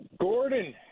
Gordon